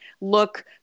look